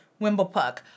wimblepuck